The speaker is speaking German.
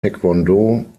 taekwondo